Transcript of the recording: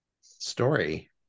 story